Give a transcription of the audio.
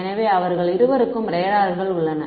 எனவே அவர்கள் இருவருக்கும் ரேடார்கள் உள்ளன